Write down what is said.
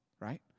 right